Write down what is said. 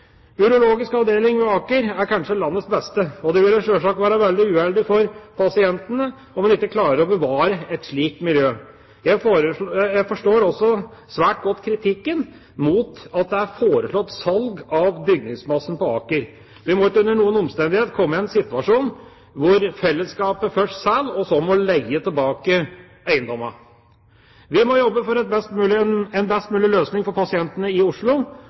Urologisk avdeling ved Aker er kanskje landets beste. Det ville sjølsagt være veldig uheldig for pasientene om man ikke klarer å bevare et slikt miljø. Jeg forstår også svært godt kritikken av at det er foreslått salg av bygningsmassen på Aker. Vi må ikke under noen omstendighet komme i den situasjon at fellesskapet først selger, og så må leie tilbake eiendommene. Vi må jobbe for en best mulig løsning for pasientene i Oslo